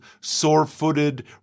sore-footed